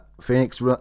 Phoenix